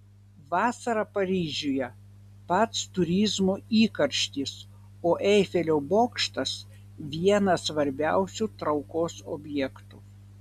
vasarą paryžiuje pats turizmo įkarštis o eifelio bokštas vienas svarbiausių traukos objektų